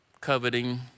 coveting